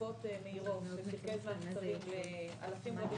במהירות לאלפי אנשים אנחנו